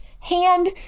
hand